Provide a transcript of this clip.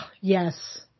Yes